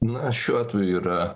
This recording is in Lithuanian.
na šiuo atveju yra